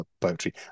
poetry